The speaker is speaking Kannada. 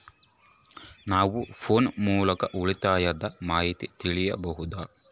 ನಾವು ಫೋನ್ ಮೂಲಕ ಉಳಿತಾಯದ ಮಾಹಿತಿ ತಿಳಿಯಬಹುದಾ?